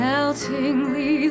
Meltingly